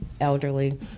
elderly